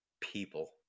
people